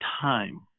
time